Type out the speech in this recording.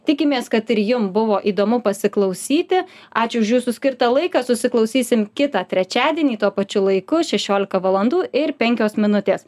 tikimės kad ir jum buvo įdomu pasiklausyti ačiū už jūsų skirtą laiką susiklausysim kitą trečiadienį tuo pačiu laiku šešiolika valandų ir penkios minutės